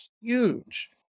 huge